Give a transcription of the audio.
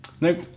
Nope